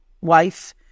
wife